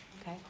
Okay